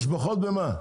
תשבחות על מה?